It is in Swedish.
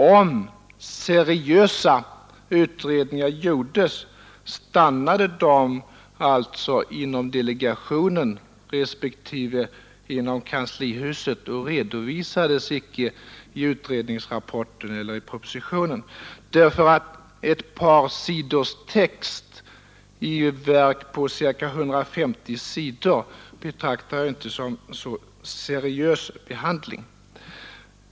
Om seriösa utredningar gjordes stannade de alltså inom delegationen respektive inom kanslihuset, ty ett par sidors text i ett verk på ca 150 sidor betraktar jag inte som en seriös behandling.